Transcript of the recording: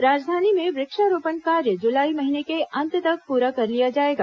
राजधानी में वृक्षारोपण कार्य जुलाई महीने के अंत तक पूरा कर लिया जाएगा